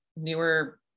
Newer